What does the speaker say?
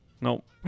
Nope